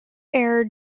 air